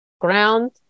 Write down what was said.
ground